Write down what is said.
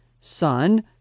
son